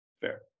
Fair